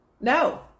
No